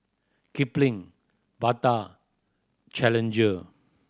Kipling Bata Challenger